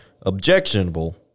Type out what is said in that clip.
objectionable